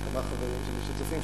יש כמה חברים שלי שצופים,